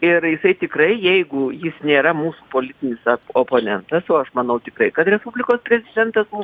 ir jisai tikrai jeigu jis nėra mūsų politinis oponentas o aš manau tikrai kad respublikos prezidentas